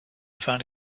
found